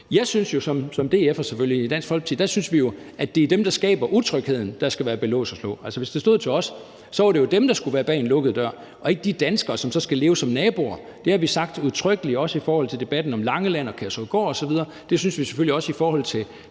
Vi synes jo selvfølgelig i Dansk Folkeparti, at det er dem, der skaber utrygheden, der skal bag lås og slå, og hvis det stod til os, var det dem, der skulle være bag en lukket dør og ikke de danskere, som så skal leve som naboer. Det har vi sagt udtrykkeligt, også i forhold til debatten om Langeland, Kærshovedgård osv., og det synes vi selvfølgelig også i forhold til